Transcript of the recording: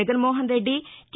Jaganmohan Reddy K